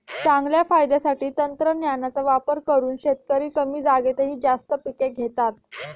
चांगल्या फायद्यासाठी तंत्रज्ञानाचा वापर करून शेतकरी कमी जागेतही जास्त पिके घेतात